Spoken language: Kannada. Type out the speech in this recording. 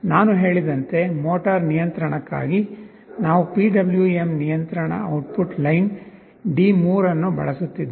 ನಾನು ಹೇಳಿದಂತೆ ಮೋಟಾರು ನಿಯಂತ್ರಣಕ್ಕಾಗಿ ನಾವು ಪಿಡಬ್ಲ್ಯೂಎಂ ನಿಯಂತ್ರಣ ಔಟ್ಪುಟ್ ಲೈನ್ D3 ಅನ್ನು ಬಳಸುತ್ತಿದ್ದೇವೆ